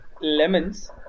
lemons